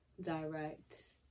direct